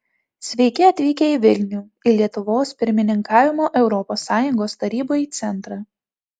sveiki atvykę į vilnių į lietuvos pirmininkavimo europos sąjungos tarybai centrą